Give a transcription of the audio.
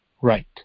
right